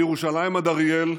מירושלים עד אריאל,